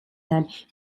that